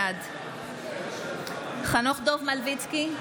בעד חנוך דב מלביצקי,